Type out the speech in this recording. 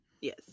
Yes